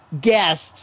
guests